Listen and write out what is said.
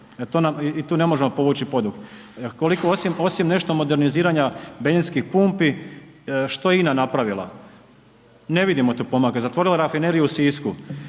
i tu ne možemo povući…/Govornik se ne razumije/…osim nešto moderniziranja benzinskih pumpi, što je INA napravila, ne vidimo tu pomaka, zatvorila rafineriju u Sisku.